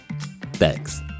Thanks